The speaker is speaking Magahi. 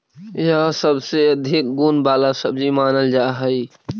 यह सबसे अधिक गुण वाला सब्जी मानल जा हई